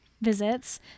visits